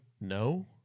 No